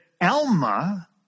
Alma